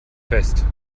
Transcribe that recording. fest